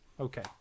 Okay